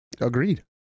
Agreed